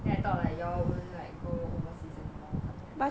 then I thought like you all wouldn't like go overseas and or something like that